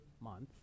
month